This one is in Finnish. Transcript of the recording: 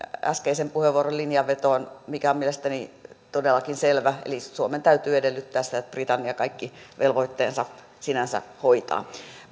äskeisen puheenvuoron linjanvetoon mikä on mielestäni todellakin selvä eli suomen täytyy edellyttää sitä että britannia kaikki velvoitteensa sinänsä hoitaa